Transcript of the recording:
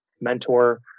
mentor